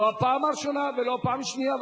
לא הפעם הראשונה ולא הפעם השנייה,